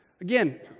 again